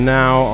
now